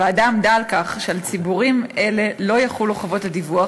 הוועדה עמדה על כך שעל ציבורים אלה לא יחולו חובות לדיווח,